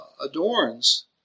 adorns